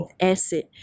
acid